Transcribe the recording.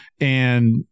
And-